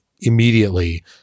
immediately